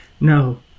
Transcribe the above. No